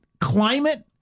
climate